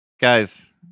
Guys